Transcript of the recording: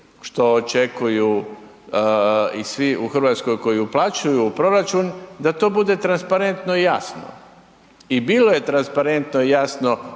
što očekuju i svi u Hrvatskoj koji uplaćuju u proračun, da to bude transparentno i jasno. I bilo je transparentno i jasno